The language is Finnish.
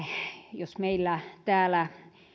jos meillä täällä